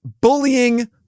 bullying